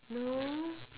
no